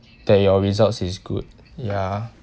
that your results is good ya